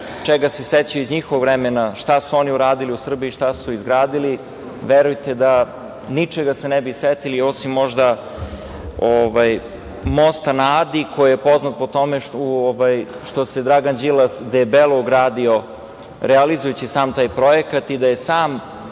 čega se sećaju iz njihovog vremena, šta su oni uradili u Srbiji, šta su izgradili, verujte da se ničega ne bi setili osim možda "Mosta na Adi", koji je poznat po tome što se Dragan Đilas debelo ugradio realizujući sam taj projekat i da je sam